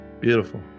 Beautiful